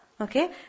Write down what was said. okay